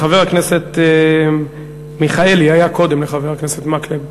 חבר הכנסת מיכאלי היה קודם לחבר הכנסת מקלב,